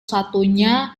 satunya